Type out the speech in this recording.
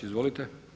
Izvolite.